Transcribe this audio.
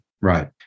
Right